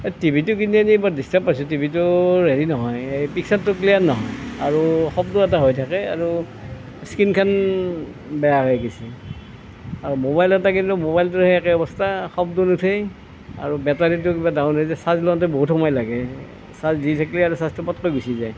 এই টিভিটো কিনি আনি বৰ ডিষ্টাৰ্ব পাইছোঁ টিভিটো হেৰি নহয় এই পিক্সাৰটো ক্লিয়াৰ নহয় আৰু শব্দ এটা হৈ থাকে আৰু স্ক্ৰীণখন বেয়া হৈ গৈছে আৰু মোবাইল এটা কিনিলোঁ মোবাইলটোৰো সেই একে অৱস্থা শব্দ নুঠে আৰু বেটাৰীটো কিবা ডাউন হৈ যায় চাৰ্জ লওঁতে বহুত সময় লাগে চাৰ্জ দি থাকিলে আৰু চাৰ্জটো পতকৈ গুচি যায়